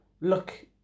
look